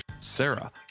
Sarah